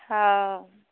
हँ